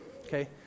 okay